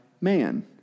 man